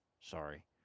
Sorry